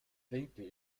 winkel